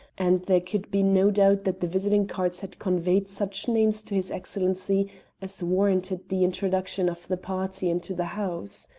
and there could be no doubt that the visiting cards had conveyed such names to his excellency as warranted the introduction of the party into the house.